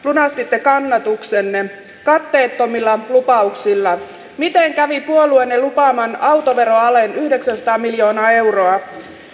lunastitte kannatuksenne katteettomilla lupauksilla miten kävi puolueenne lupaaman autoveroalen yhdeksänsataa miljoonaa euroa